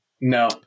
No